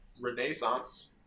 renaissance